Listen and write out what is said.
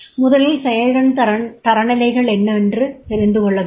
முதலில் செயல்திறன் தரநிலைகள் என்னென்ன என்று தெரிந்து கொள்ளவேண்டும்